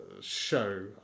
show